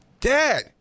dad